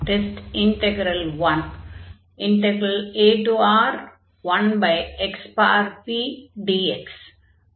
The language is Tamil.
test integral I aR1xpdx